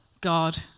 God